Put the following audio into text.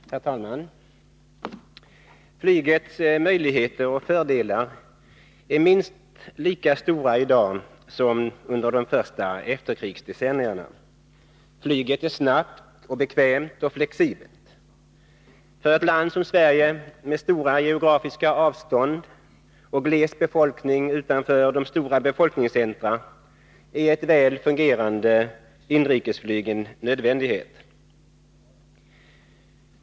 Herr talman! Flygets möjligheter och fördelar är minst lika stora i dag som under de första efterkrigsdecennierna. Flyget är snabbt och bekvämt och flexibelt. För ett land som Sverige med stora geografiska avstånd och gles befolkning utanför de stora befolkningscentra är ett väl fungerande inrikesflyg en nödvändighet.